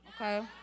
Okay